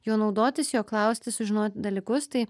juo naudotis jo klausti sužinoti dalykus tai